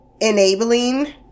enabling